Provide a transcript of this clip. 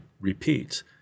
repeats